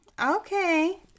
Okay